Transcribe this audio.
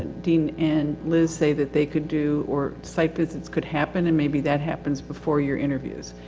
dean and liz say that they could do, or site business could happen, and maybe that happens before your interviews.